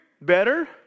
better